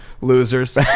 Losers